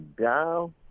down